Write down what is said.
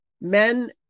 Men